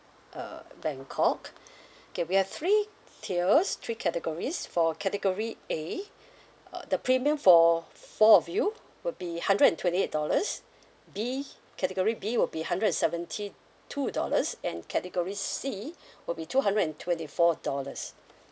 uh bangkok okay we have three tiers three categories for category A ugh the premium for four of you will be hundred and twenty eight dollars B category B will be hundred and seventy two dollars and category C would be two hundred and twenty four dollars